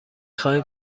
خواهیم